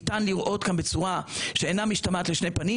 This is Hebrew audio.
ניתן לראות כאן בצורה שאינה משתמעת לשתי פנים